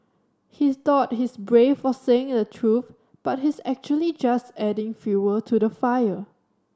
he thought he's brave for saying the truth but he's actually just adding fuel to the fire